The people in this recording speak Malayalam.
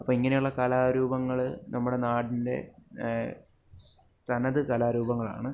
അപ്പം ഇങ്ങനെയുള്ള കാലാരൂപങ്ങൾ നമ്മുടെ നാടിൻ്റെ സ് തനത് കലാരൂപങ്ങളാണ്